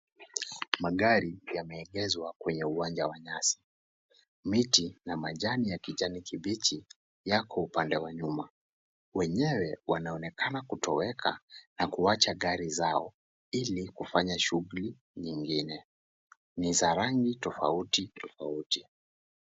magari yameegezwa kwenye uwanja wa nyasi. Miti na majani ya kijani kibichi yako upande wa nyuma. Wenyewe wanaonekana kutoweka na kuwacha gari zao ili kifanya shughuli nyingine. Ni za rangi tofauti tofauti.